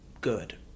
good